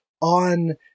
on